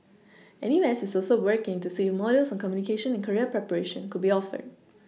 N U S is also working to see if modules on communication and career preparation could be offered